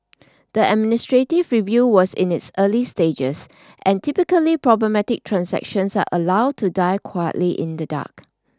the administrative review was in its early stages and typically problematic transactions are allowed to die quietly in the dark